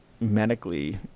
medically